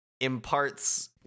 imparts